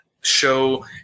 show